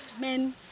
Men